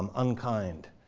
um unkind.